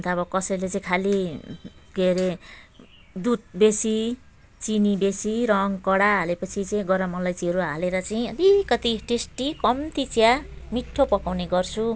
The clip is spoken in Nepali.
अन्त अब कसैले चाहिँ खालि के अरे दुध बेसी चिनी बेसी रङ कडा हालेपछि चाहिँ गरम अलैँचीहरू हालेर चाहिँ अलिकति टेस्टी कम्ती चिया मिठो पकाउने गर्छु